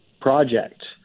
project